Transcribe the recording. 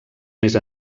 més